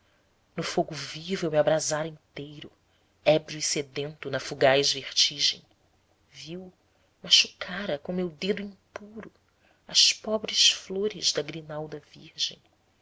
no fogo vivo eu me abrasara inteiro ébrio e sedento na fugaz vertigem vil machucara com meu dedo impuro as pobres flores da grinalda virgem